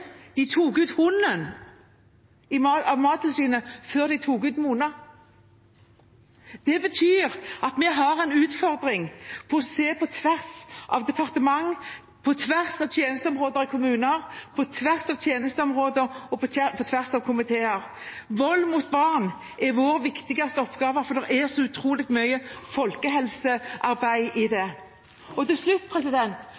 de tok ut Mona, tok Mattilsynet ut hunden. Det betyr at vi har en utfordring i å se på tvers av departement, på tvers av tjenesteområder i kommuner, på tvers av tjenesteområder og på tvers av komiteer. Vold mot barn er vår viktigste oppgave, for det er så utrolig mye folkehelsearbeid i